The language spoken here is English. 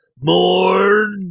More